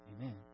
Amen